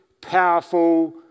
powerful